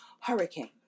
hurricane